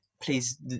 Please